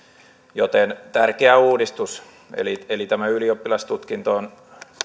joten tärkeä uudistus eli eli tätä ylioppilastutkintoon